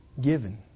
given